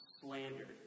slandered